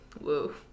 Woo